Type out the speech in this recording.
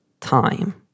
time